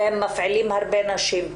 והם מפעילים הרבה נשים.